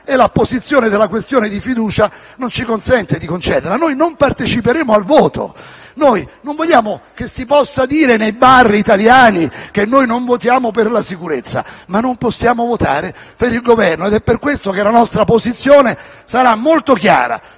e l'apposizione della questione di fiducia non ci consente di concederla. Noi non parteciperemo al voto; non vogliamo che si possa dire nei bar italiani che non votiamo per la sicurezza; noi non possiamo votare per il Governo. Per questa ragione la nostra posizione sarà molto chiara: